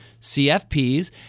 CFPs